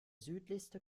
südlichste